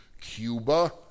Cuba